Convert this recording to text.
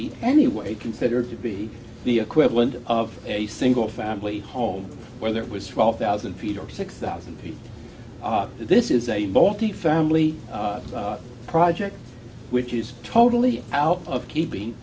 be any way considered to be the equivalent of a single family home whether it was twelve thousand feet or six thousand people this is a multi family project which is totally out of keeping